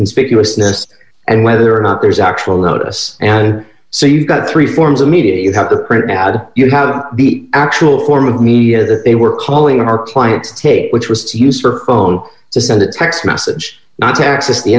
conspicuousness and whether or not there's actual notice and so you've got three forms of media you have the print ad you have the actual form of media that they were calling our client state which was to use for phone to send a text message not to access the